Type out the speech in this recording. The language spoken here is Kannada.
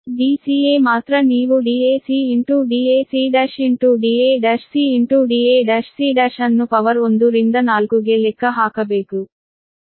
Dca ಮಾತ್ರ ನೀವು dac dac1 da1c da1c1 ಅನ್ನು ಪವರ್ 1 ರಿಂದ 4 ಗೆ ಲೆಕ್ಕ ಹಾಕಬೇಕು